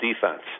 defense